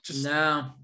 No